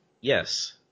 Yes